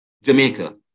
Jamaica